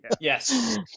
Yes